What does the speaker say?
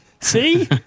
See